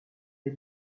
les